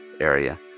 area